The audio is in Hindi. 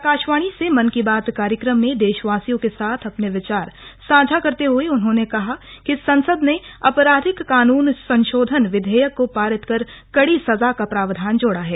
आज आकाशवाणी से मन की बात कार्यक्रम में देशवासियों के साथ अपने विचार साझा करते हुए उन्होंने कहा कि संसद ने आपराधिक कानून संशोधन विधेयक को पारित कर कड़ी सजा का प्रावधान जोड़ा है